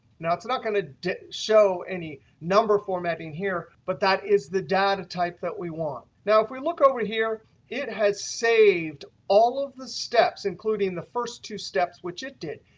now, it's not going to show any number formatting here, but that is the data type that we want. now, if we look over here it has saved all of the steps, including the first two steps which it did.